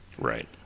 Right